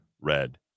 red